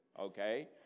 okay